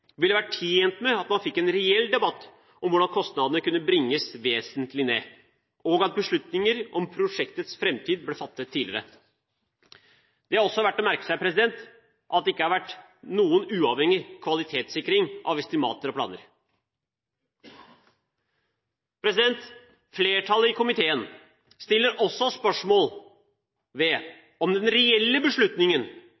ville vært tjent med at man fikk en reell debatt om hvordan kostnadene kunne bringes vesentlig ned, og at beslutninger om prosjektets framtid ble fattet tidligere. Det er også verdt å merke seg at det ikke har vært noen uavhengig kvalitetssikring av estimater og planer. Flertallet i komiteen stiller spørsmål ved